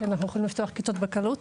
כי אנחנו יכולים לפתוח כיתות בקלות.